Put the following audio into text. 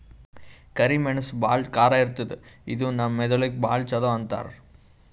ಕರಿ ಮೆಣಸ್ ಭಾಳ್ ಖಾರ ಇರ್ತದ್ ಇದು ನಮ್ ಮೆದಳಿಗ್ ಭಾಳ್ ಛಲೋ ಅಂತಾರ್